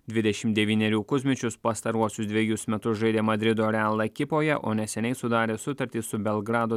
dvidešim devynerių kuzmičius pastaruosius dvejus metus žaidė madrido real ekipoje o neseniai sudarė sutartį su belgrado